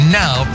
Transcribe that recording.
now